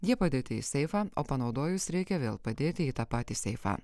jie padėti į seifą o panaudojus reikia vėl padėti į tą patį seifą